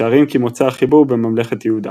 משערים כי מוצא החיבור בממלכת יהודה.